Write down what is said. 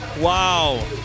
Wow